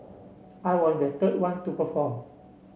I was the third one to perform